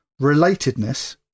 relatedness